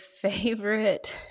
favorite